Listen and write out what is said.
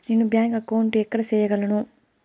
నేను bank account ఎక్కడ సేయగలను